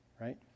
Right